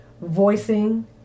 Voicing